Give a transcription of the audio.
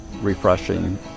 refreshing